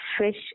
fish